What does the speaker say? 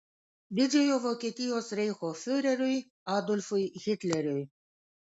didžiojo vokietijos reicho fiureriui adolfui hitleriui